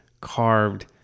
carved